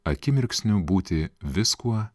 akimirksniu būti viskuo